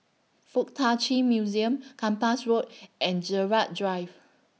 Fuk Tak Chi Museum Kempas Road and Gerald Drive